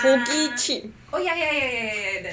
Go Gi Jip